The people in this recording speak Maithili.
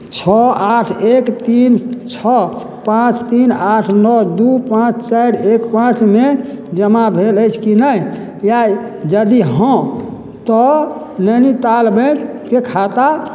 छओ आठ एक तीन छओ पाँच तीन आठ नओ दू पाँच चारि एक पाँचमे जमा भेल अछि कि नहि या यदि हँ तऽ नैनीताल बैंकके खाता